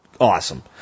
Awesome